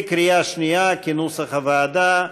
בקריאה שנייה, כנוסח הוועדה.